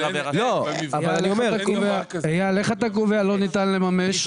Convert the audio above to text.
אייל, איך אתה קובע לא ניתן לממש?